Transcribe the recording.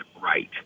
right